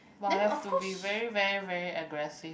but have to be very very very aggressive